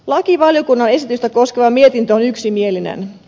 lakivaliokunnan esitystä koskeva mietintö on yksimielinen